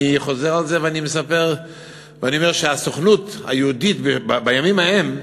אני חוזר על זה ואני מספר ואני אומר שהסוכנות היהודית בימים ההם,